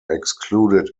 excluded